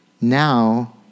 now